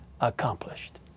accomplished